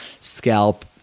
scalp